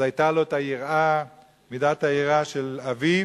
אז היתה לו מידת היראה של אביו.